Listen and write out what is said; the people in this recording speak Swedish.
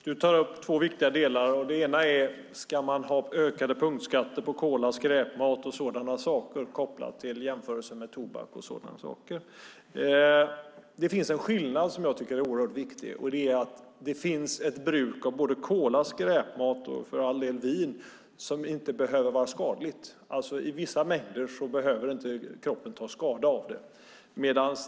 Herr talman! Gunnar Sandberg tar upp två viktiga delar. Det ena är om man ska ha ökade punktskatter på cola, skräpmat och sådana saker kopplat till jämförelser med tobak med mera. Det finns en skillnad som jag tycker är oerhört viktig. Det finns ett bruk av cola, skräpmat och för all del vin som inte behöver vara skadligt. I vissa mängder behöver inte kroppen ta skada av det.